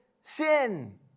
sin